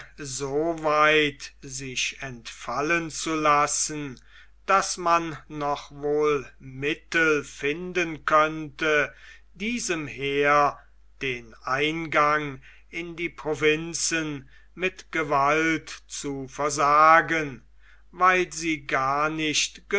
weit sich entfallen zu lassen daß man noch wohl mittel finden könnte diesem heer den eingang in die provinzen mit gewalt zu versagen weil sie gar nicht